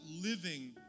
living